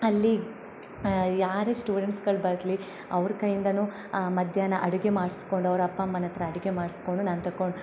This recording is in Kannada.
ಅಲ್ಲಿ ಯಾರೇ ಸ್ಟೂಡೆಂಟ್ಸ್ಗಳು ಬರಲಿ ಅವ್ರ ಕೈಯಿಂದನೂ ಮಧ್ಯಾಹ್ನ ಅಡಿಗೆ ಮಾಡ್ಸ್ಕೊಂಡು ಅವ್ರ ಅಪ್ಪ ಅಮ್ಮನ ಹತ್ರ ಅಡಿಗೆ ಮಾಡ್ಸ್ಕೊಂಡು ನಾನು ತಕೊಂಡು